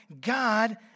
God